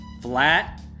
flat